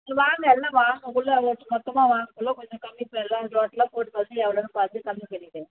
வாங்க இல்லை வாங்கக்குள்ள மொத்தமாக வாங்கக்குள்ள கொஞ்சம் கம்மி பண் எல்லாம் டோடல்லாக போட்டு பார்த்துட்டு எவ்வளோன்னு பார்த்துட்டு கம்மி பண்ணிக்கிறேன்